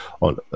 on